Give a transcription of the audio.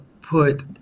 put